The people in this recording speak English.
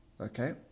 Okay